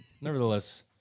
nevertheless